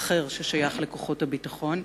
אחר ששייך לכוחות הביטחון,